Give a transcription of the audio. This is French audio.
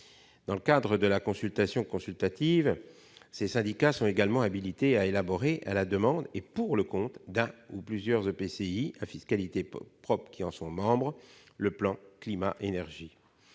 Dans le cadre de la procédure consultative, ces syndicats sont également habilités à élaborer, à la demande et pour le compte d'un ou de plusieurs EPCI à fiscalité propre qui en sont membres, le PCAET, mentionné